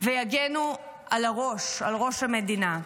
ויגנו על הראש, על ראש המדינה.